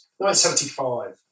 1975